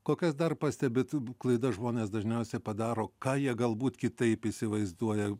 kokias dar pastebit klaidas žmonės dažniausiai padaro ką jie galbūt kitaip įsivaizduoja